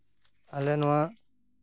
ᱟᱞᱮ ᱱᱚᱣᱟ